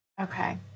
Okay